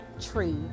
tree